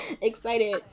Excited